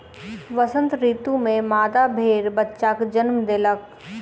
वसंत ऋतू में मादा भेड़ बच्चाक जन्म देलक